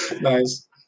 Nice